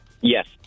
Yes